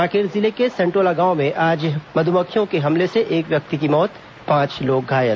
कांकेर जिले के सनटोला गांव में आज मध्मक्खियों के हमले से एक व्यक्ति की मौत पांच अन्य लोग घायल